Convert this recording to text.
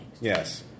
yes